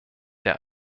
der